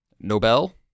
Nobel